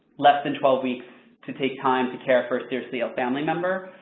less than twelve weeks to take time to care for a seriously ill family member.